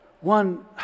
one